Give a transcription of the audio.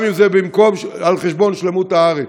גם אם זה על חשבון שלמות הארץ.